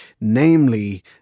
namely